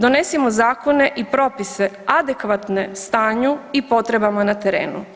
Donesimo zakone i propise adekvatne stanju i potrebama na terenu.